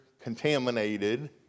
contaminated